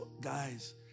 guys